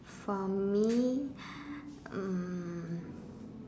for me um